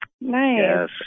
Nice